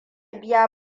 biya